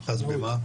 אז במה?